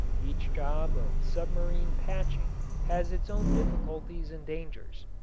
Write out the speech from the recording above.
each job of submarine patching has its own difficulties and dangers.